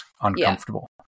uncomfortable